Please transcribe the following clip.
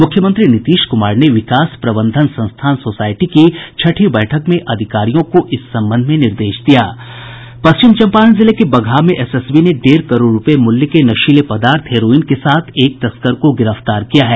मुख्यमंत्री नीतीश कुमार ने विकास प्रबंधन संस्थान सोसायटी की छठी बैठक में अधिकारियों को इस संबंध में निर्देश दिया है पश्चिम चंपारण जिले के बगहा में एसएसबी ने डेढ़ करोड़ रूपये मूल्य के नशीले पदार्थ हेरोईन के साथ एक तस्कर को गिरफ्तार किया है